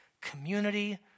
community